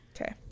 Okay